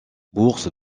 bourse